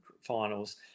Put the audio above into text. finals